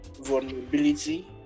vulnerability